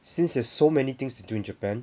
since there's so many things to do in japan